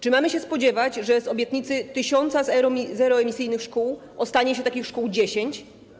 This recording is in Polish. Czy mamy się spodziewać, że z obietnicy 1000 zeroemisyjnych szkół ostatnie się takich szkół 10?